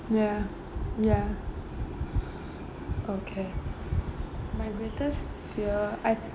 ya ya okay my greatest fear I